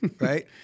right